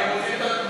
הם רוצים את,